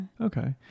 Okay